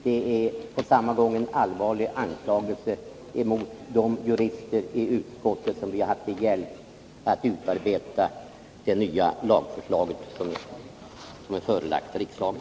Det är på samma gång en allvarlig anklagelse mot de jurister i utskottet som vi har haft till hjälp för att utarbeta det nya lagförslag som förelagts riksdagen.